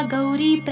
Gauri